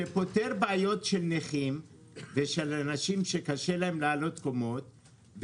שפותר בעיות של נכים ושל אנשים שקשה להם לעלות קומות,